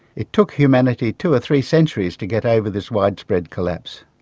it took humanity two or three centuries to get over this widespread collapse.